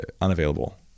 unavailable